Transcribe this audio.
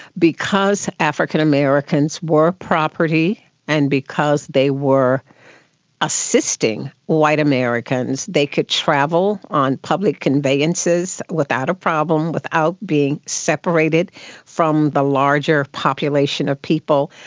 because african americans were property and because they were assisting white americans, they could travel on public conveyances without a problem, without being separated from the larger population of people.